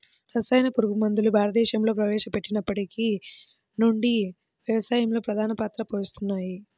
రసాయన పురుగుమందులు భారతదేశంలో ప్రవేశపెట్టినప్పటి నుండి వ్యవసాయంలో ప్రధాన పాత్ర పోషిస్తున్నాయి